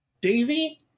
daisy